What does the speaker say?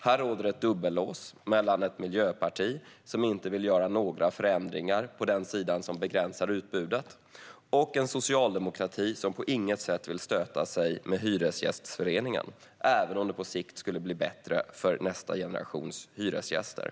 Här finns det ett dubbellås mellan ett miljöparti som inte vill göra några förändringar på den sidan som begränsar utbudet och en socialdemokrati som på inget sätt vill stöta sig med Hyresgästföreningen, även om det på sikt skulle bli bättre för nästa generations hyresgäster.